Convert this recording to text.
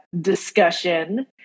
discussion